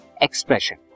expression